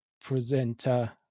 presenter